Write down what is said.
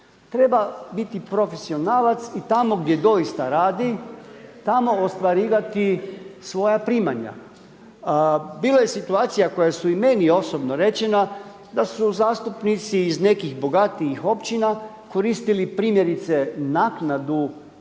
treba biti profesionalac i tamo gdje doista radi tamo ostvarivati svoja primanja. Bilo je situacija koja su meni osobno rečena da su zastupnici iz nekih bogatijih općina koristili primjerice naknadu